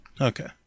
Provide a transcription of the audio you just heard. Okay